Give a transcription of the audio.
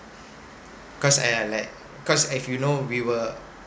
cause I like cause if you know we were